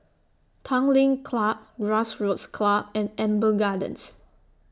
Tanglin Club Grassroots Club and Amber Gardens